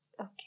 Okay